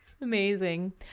amazing